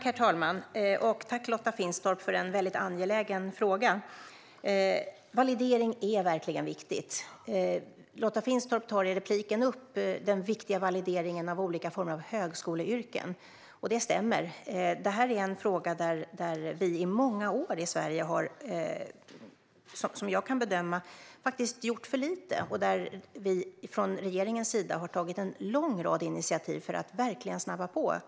Herr talman! Jag tackar Lotta Finstorp för en angelägen fråga. Validering är verkligen viktigt. Lotta Finstorp tog i sitt inlägg upp den viktiga valideringen av olika former av högskoleyrken. Det stämmer att det är en fråga där vi under många år i Sverige, som jag kan bedöma, faktiskt har gjort för lite. Regeringen har tagit en lång rad initiativ för att verkligen snabba på.